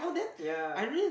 ya